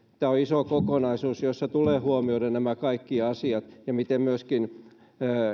tämä on iso kokonaisuus jossa tulee huomioida nämä kaikki asiat ja myöskin se miten